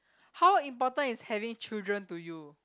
how important is having children to you